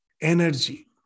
energy